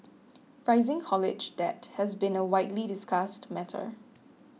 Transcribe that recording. rising college debt has been a widely discussed matter